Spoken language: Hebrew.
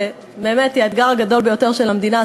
שבאמת היא האתגר הגדול של המדינה,